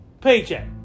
paycheck